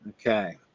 Okay